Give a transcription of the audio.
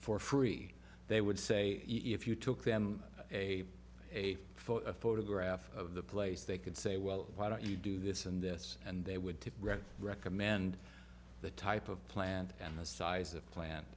for free they would say if you took them a a photograph of the place they could say well why don't you do this and this and they would to write recommend the type of plant and the size of plant